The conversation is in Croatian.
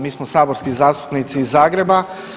Mi smo saborski zastupnici iz Zagreba.